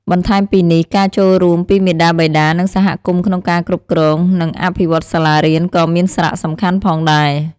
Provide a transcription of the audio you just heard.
បន្ថែមពីនេះ ការចូលរួមពីមាតាបិតា និងសហគមន៍ក្នុងការគ្រប់គ្រង និងអភិវឌ្ឍន៍សាលារៀនក៏មានសារៈសំខាន់ផងដែរ។